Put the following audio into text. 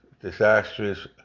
disastrous